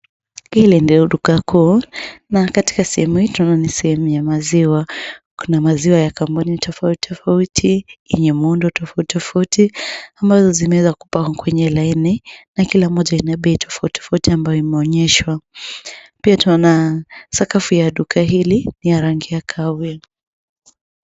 Hili ndio duka kuu, na katika sehemu hii tunaona ni sehemu ya maziwa. Kuna maziwa ya kampuni tofauti tofauti yenye muundo tofauti tofauti, ambazo zimeweza kupangwa kwenye laini, na kila moja ina bei tofauti tofauti ambayo imenyeshwa. Pia tunaona sakafu ya duka hili, ni ya rangi ya kahawia.